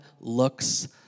looks